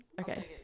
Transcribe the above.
Okay